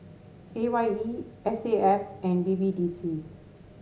A Y E S A F and B B D C